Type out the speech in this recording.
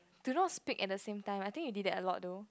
do not speak at the same time I think he did that a lot though